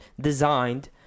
designed